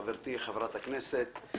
חברתי חברת הכנסת,